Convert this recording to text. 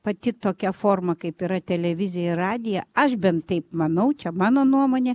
pati tokia forma kaip yra televizija radija aš bent taip manau čia mano nuomonė